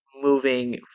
moving